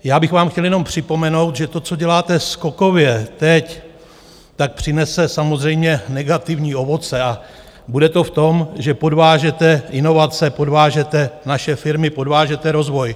Chtěl bych vám jenom připomenout, že to, co děláte skokově teď, tak přinese samozřejmě negativní ovoce a bude to v tom, že podvážete inovace, podvážete naše firmy, podvážete rozvoj.